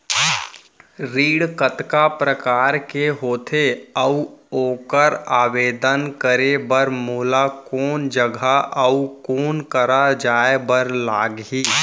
ऋण कतका प्रकार के होथे अऊ ओखर आवेदन करे बर मोला कोन जगह अऊ कोन करा जाए बर लागही?